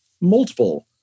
multiple